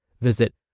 Visit